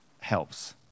helps